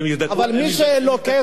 אבל מי שאין לו כסף,